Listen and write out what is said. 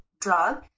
drug